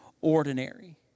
ordinary